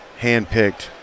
handpicked